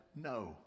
no